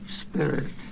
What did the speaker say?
Spirit